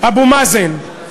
אבו מאזן.